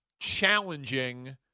challenging